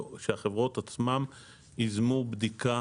שהחברות עצמן יזמו בדיקה